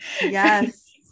Yes